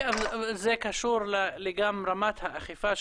זה קשור לרמת האכיפה שלכם,